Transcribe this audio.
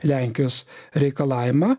lenkijos reikalavimą